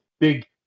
big